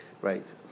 Right